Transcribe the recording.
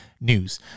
news